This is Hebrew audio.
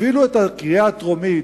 אפילו את הקריאה הטרומית,